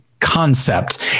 concept